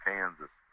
Kansas